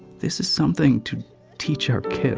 this is something. to teach our